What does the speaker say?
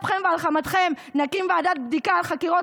על אפכם ועל חמתכם נקים ועדת בדיקה על חקירות